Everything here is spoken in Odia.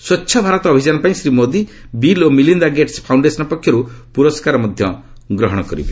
ସ୍ୱଚ୍ଚଭାରତ ଅଭିଯାନ ପାଇଁ ଶ୍ରୀ ମୋଦି ବିଲ୍ ଓ ମିଲିନ୍ଦାଗେଟ୍ସ ଫାଉଣ୍ଡେସନ ପକ୍ଷରୁ ପୁରସ୍କାର ଗ୍ରହଣ କରିବେ